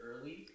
early